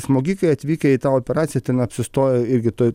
smogikai atvykę į tą operaciją ten apsistojo irgi toj